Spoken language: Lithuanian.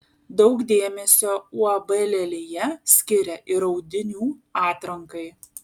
daug dėmesio uab lelija skiria ir audinių atrankai